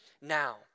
now